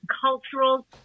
cultural